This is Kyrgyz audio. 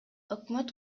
өкмөт